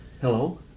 Hello